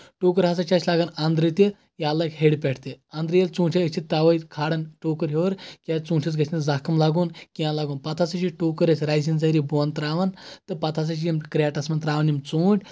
ٹوٗکٔر ہسا چھےٚ اَسہِ لَگان اَنٛدرٕ تہِ یا لَگہِ ہیٚرۍ پٮ۪ٹھ تہِ اَنٛدرٕ ییٚلہِ ژوٗٹھیٚن أسۍ چھِ تَوے کھالان ٹوٗکٔر ہیور کیٚازِ ژوٗنٹھِس گَژھِ نہٕ زَخم لَگُن کیٚنٛہہ لگُن پَتہٕ ہسا چھ ٹوٗکٔر أسۍ رَزِ ہٕنٛز ذریعہ بۄن تراوان تہٕ پَتہٕ ہسا چھِ یِم کریٹس منٛز تراوان یِم ژوٗنٹھۍ